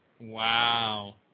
Wow